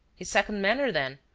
his second manner, then,